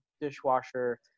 dishwasher